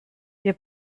wir